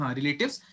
relatives